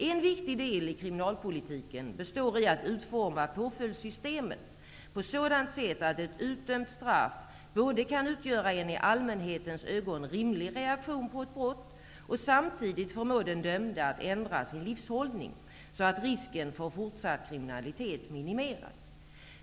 En viktig del i kriminalpolitiken består i att utforma påföljdssystemet på sådant sätt att ett utdömt straff både kan utgöra en i allmänhetens ögon rimlig reaktion på ett brott och samtidigt förmå den dömde att ändra sin livshållning, så att risken för fortsatt kriminalitet minimeras.